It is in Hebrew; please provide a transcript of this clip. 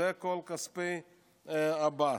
אלה כל כספי עבאס.